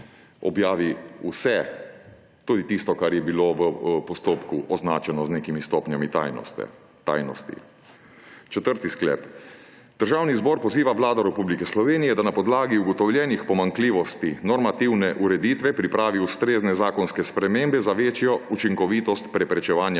objavi vse, tudi tisto, kar je bilo v postopku označeno z nekimi stopnjami tajnosti. Četrti sklep: Državni zbor poziva Vlado Republike Slovenije, da na podlagi ugotovljenih pomanjkljivosti normativne ureditve pripravi ustrezne zakonske spremembe za večjo učinkovitost preprečevanja